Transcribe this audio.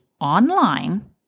online